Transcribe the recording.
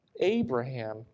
Abraham